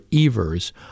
Evers